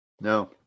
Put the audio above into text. No